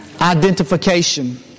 identification